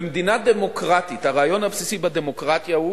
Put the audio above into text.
במדינה דמוקרטית, הרעיון הבסיסי בדמוקרטיה הוא